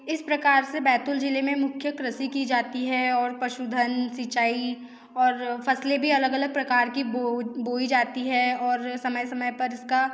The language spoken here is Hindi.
इस प्रकार से बैतूल ज़िले में मुख्य कृषि की जाती है और पशुधन सिंचाई और फसलें भी अलग अलग प्रकार की बोई जाती है और समय समय पर इसका